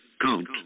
count